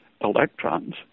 electrons